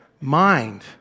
mind